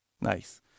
nice